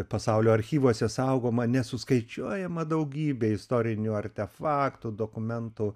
pasaulio archyvuose saugoma nesuskaičiuojama daugybė istorinių artefaktų dokumentų